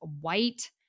white